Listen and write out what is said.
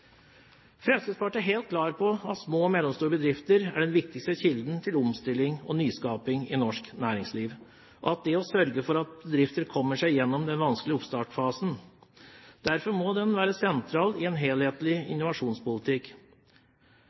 Fremskrittspartiet er helt klar på at de små og mellomstore bedriftene er den viktigste kilden til omstilling og nyskaping i norsk næringsliv, og det å sørge for at bedrifter kommer seg gjennom den vanskelige oppstartsfasen må være sentralt i en helhetlig innovasjonspolitikk.